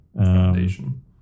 foundation